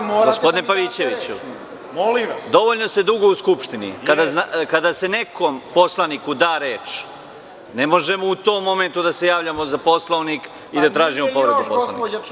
Molim vas.…) Ali, gospodine Pavićeviću, dovoljno ste dugo u Skupštini, kada se nekom poslaniku da reč ne možemo u tom momentu da se javljamo za Poslovnik i da tražimo povredu Poslovnika.